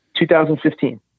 2015